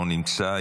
לא נמצא,